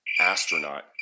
astronaut